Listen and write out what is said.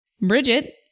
Bridget